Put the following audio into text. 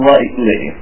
Lightly